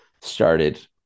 started